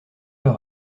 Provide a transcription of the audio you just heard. leur